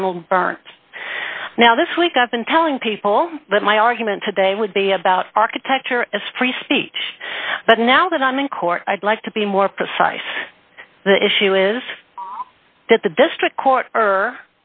donald burns now this week i've been telling people that my argument today would be about architecture as free speech but now that i'm in court i'd like to be more precise the issue is that the district court or